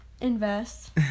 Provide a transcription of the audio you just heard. invest